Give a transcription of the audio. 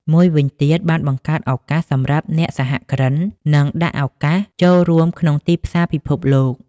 មួយវិញទៀត បានបង្កើតឱកាសសំរាប់អ្នកសហគ្រិន និងដាក់ឱកាសចូលរួមក្នុងទីផ្សារពិភពលោក។